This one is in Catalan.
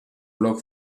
bloc